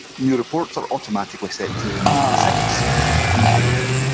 new reports are automatically set to ninety six when created.